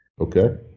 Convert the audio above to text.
Okay